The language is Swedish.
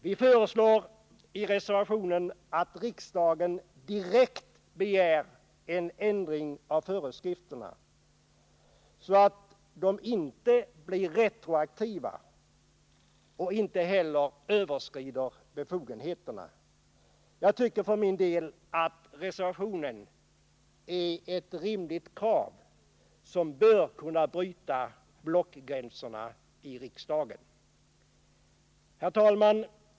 Vi föreslår i reservationen att riksdagen direkt begär en ändring av föreskrifterna så att de inte blir retroaktiva och inte heller överskrider befogenheterna. Jag tycker för min del att yrkandet i reservationen är ett rimligt krav, som bör kunna bryta blockgränserna i riksdagen. Herr talman!